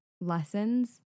lessons